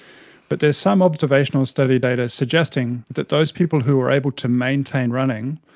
but there is some observational study data suggesting that those people who are able to maintain running,